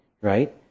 Right